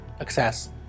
access